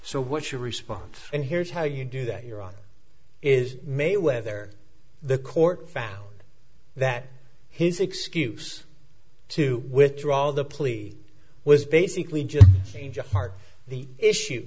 so what's your response and here's how you do that you're on is mayweather the court found that his excuse to withdraw the plea was basically just part the issue